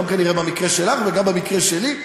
גם כנראה במקרה שלך וגם במקרה שלי.